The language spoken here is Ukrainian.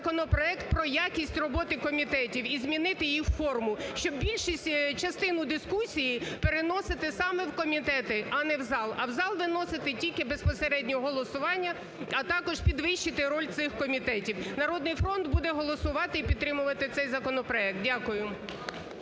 законопроект про якість роботи комітетів і змінити її форму, щоб більшість… частину дискусії переносити саме в комітети, а не в зал, а в зал виносити тільки безпосередньо голосування, а також підвищити роль цих комітетів. "Народний фронт" буде голосувати і підтримувати цей законопроект. Дякую.